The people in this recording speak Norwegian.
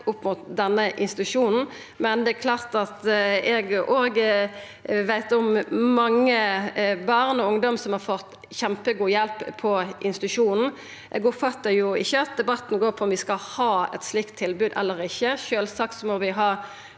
opp mot denne institusjonen, men det er klart at eg òg veit om mange barn og ungdomar som har fått kjempegod hjelp på institusjonen. Eg oppfattar ikkje at debatten går ut på om vi skal ha eit slikt tilbod eller ikkje. Sjølvsagt må vi ha